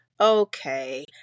okay